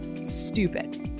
stupid